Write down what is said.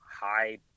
high